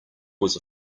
was